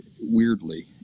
weirdly